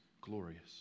glorious